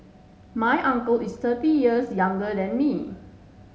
my uncle is thirty years younger than me